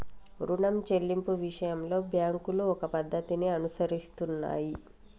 రుణం చెల్లింపు విషయంలో బ్యాంకులు ఒక పద్ధతిని అనుసరిస్తున్నాయి